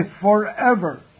forever